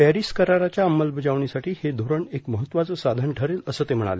Paris कराराच्या अंमलबजावणीसाठी हे धोरण एक महत्वाचं साधन ठरेल असं ते म्हणाले